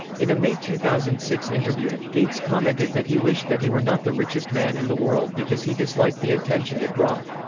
in a may two thousand and six interview, gates commented that he wished that he were not the richest man in the world because he disliked the attention it brought.